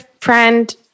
friend